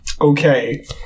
Okay